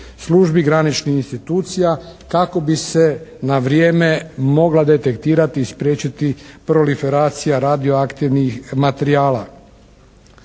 službi, graničnih institucija kako bi se na vrijeme mogla detektirati i spriječiti proliferacija radioaktivnih materijala.